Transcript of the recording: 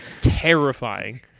terrifying